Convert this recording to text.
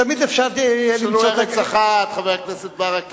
תמיד אפשר למצוא, יש לנו ארץ אחת, חבר הכנסת ברכה.